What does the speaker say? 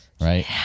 Right